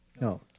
No